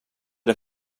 det